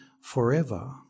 forever